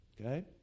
Okay